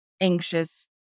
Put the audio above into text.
anxious